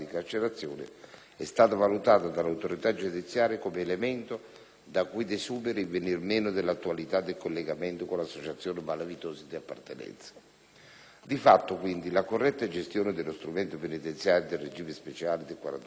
è stato valutato dall'autorità giudiziaria come elemento da cui desumere il venir meno dell'attualità del collegamento con l'associazione malavitosa di appartenenza. Di fatto, quindi, la corretta gestione dello strumento penitenziario del regime speciale dell'articolo